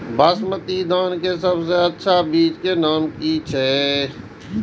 बासमती धान के सबसे अच्छा बीज के नाम की छे?